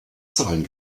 zahlen